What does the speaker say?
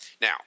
Now